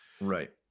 Right